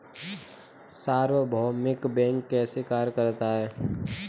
सार्वभौमिक बैंक कैसे कार्य करता है?